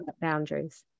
boundaries